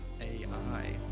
AI